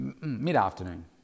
mid-afternoon